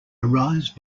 arise